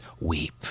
weep